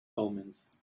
omens